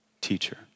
teacher